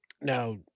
Now